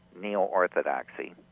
neo-orthodoxy